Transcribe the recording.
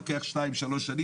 לוקח 2-3 שנים.